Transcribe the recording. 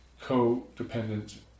co-dependent